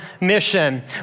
mission